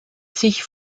sich